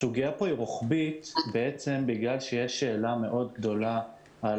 הסוגיה פה היא רוחבית בעצם בגלל שיש שאלה גדולה מאוד על